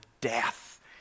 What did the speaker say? death